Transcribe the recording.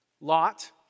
Lot